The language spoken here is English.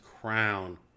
crown